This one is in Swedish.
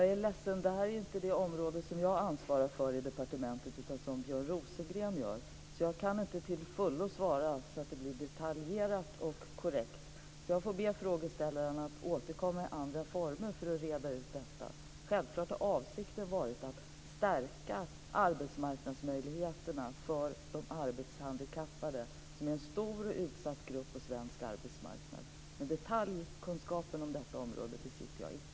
Fru talman! Jag är ledsen, men detta område ansvarar inte jag för i departementet. Det är Björn Rosengren som ansvarar för det. Jag kan därför inte till fullo svara detaljerat och korrekt på detta. Jag får därför be frågeställaren att återkomma i andra former för att reda ut detta. Självklart har avsikten varit att stärka arbetsmarknadsmöjligheterna för de arbetshandikappade som är en stor och utsatt grupp på svensk arbetsmarknad. Men detaljkunskapen om detta område besitter jag inte.